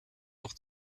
noch